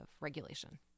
regulation